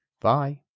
Bye